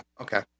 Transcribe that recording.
okay